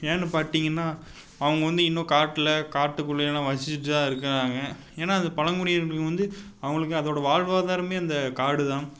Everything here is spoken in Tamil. ஏன்னு பார்த்திங்குனா அவங்க வந்து இன்னும் காட்டில் காட்டுக்குள்ளையெல்லாம் வசிச்சிட்டுதான் இருக்கிறாங்க ஏன்னா அது பழங்குடியினர்கள் வந்து அவங்களுக்கு அதோடய வாழ்வாதாரமே அந்த காடுதான்